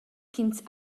ch’ins